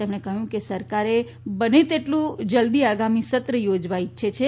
તેમણે કહયું કે સરકારે બને તેટલુ જલદી આગામી સત્ર યોજના ઇચ્છે છે